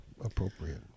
appropriate